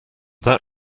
that